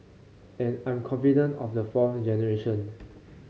and I'm confident of the fourth generation